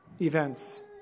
events